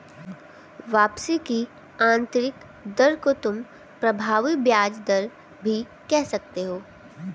वापसी की आंतरिक दर को तुम प्रभावी ब्याज दर भी कह सकते हो